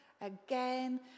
again